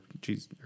Jesus